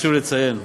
חשוב לציין.